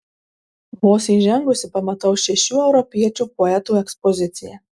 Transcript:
vos įžengusi pamatau šešių europiečių poetų ekspoziciją